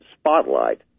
spotlight